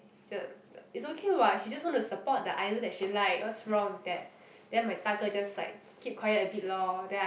is okay what she just want to support the idol that she like what's wrong with that then my 大哥 just like keep quiet a bit lor then I